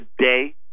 today